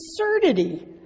absurdity